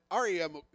rem